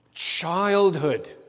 Childhood